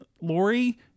Lori